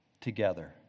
together